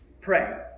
Pray